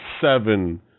seven